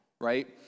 right